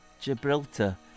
Gibraltar